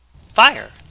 Fire